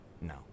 No